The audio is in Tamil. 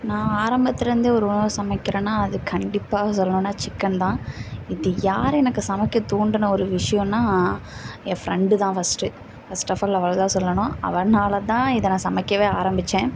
நான் ஆரம்பத்துலேருந்தே ஒரு உணவை சமைக்கிறேன்னால் அது கண்டிப்பாக சொல்லணுன்னா சிக்கன் தான் இது யார் எனக்கு சமைக்க தூண்டின ஒரு விஷயம்னா என் ஃப்ரெண்டு தான் ஃபஸ்ட்டு ஃபஸ்ட் ஆஃப் ஆல் அவளை தான் சொல்லணும் நான் அவளால தான் இதை நான் சமைக்கவே ஆரம்பித்தேன்